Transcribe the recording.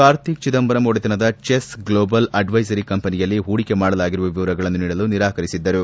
ಕಾರ್ತಿಕ್ ಚಿದಂಬರಂ ಒಡೆತನದ chess global ಅಡ್ಡಸ್ಟೆರಿ ಕಂಪೆನಿಯಲ್ಲಿ ಹೂಡಿಕೆ ಮಾಡಲಾಗಿರುವ ವಿವರಗಳನ್ನು ನೀಡಲು ನಿರಾಕರಿಸಿದ್ದರು